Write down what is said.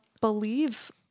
believe